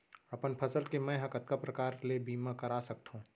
अपन फसल के मै ह कतका प्रकार ले बीमा करा सकथो?